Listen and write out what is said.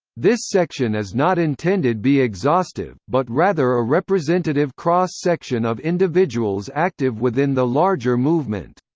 this section is not intended be exhaustive, but rather a representative cross section of individuals active within the larger movement.